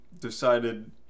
decided